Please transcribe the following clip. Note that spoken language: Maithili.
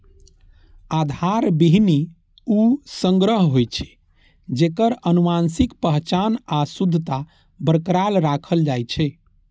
आधार बीहनि ऊ संग्रह होइ छै, जेकर आनुवंशिक पहचान आ शुद्धता बरकरार राखल जाइ छै